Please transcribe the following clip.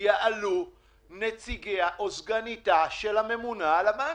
יעלו נציגיה או סגניתה של הממונה על הבנקים.